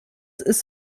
ist